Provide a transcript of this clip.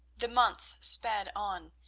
the months sped on,